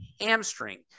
hamstring